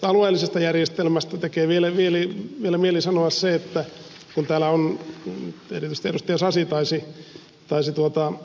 alueellisesta järjestelmästä tekee vielä mieli sanoa se että kun täällä on oltu muun muassa ed